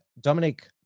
Dominic